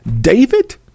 David